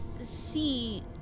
See